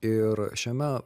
ir šiame